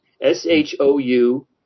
S-H-O-U